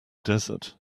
desert